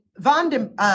von